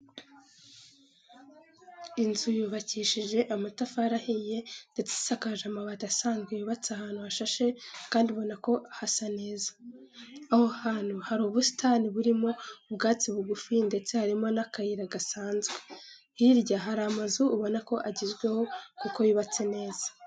Inzu yubakishije amatafari ahiye ndetse isakaje amabati asanzwe yubatse ahantu hashashe kandi ubona ko hasa neza. Aho hantu hari ubusitani burimo ubwatsi bugufi ndetse harimo n'akayira gasanzwe, hirya hari amazu ubona ko agezweho kuko yubatse neza.